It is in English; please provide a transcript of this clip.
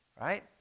Right